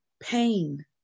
pain